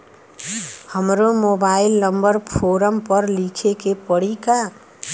हमरो mobile number form पर लिखे के पड़ी का?